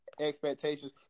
Expectations